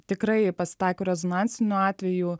tikrai pasitaiko rezonansinių atvejų